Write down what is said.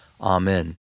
Amen